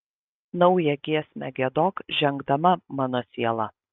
naują giesmę giedok žengdama mano siela